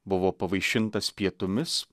buvo pavaišintas pietumis